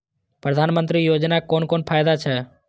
प्रधानमंत्री योजना कोन कोन फायदा छै?